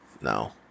No